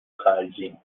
خرجی